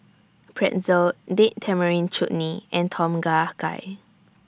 Pretzel Date Tamarind Chutney and Tom Kha Gai